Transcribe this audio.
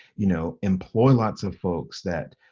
you know, employ lots of folks, that,